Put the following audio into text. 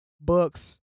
books